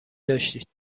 داشتید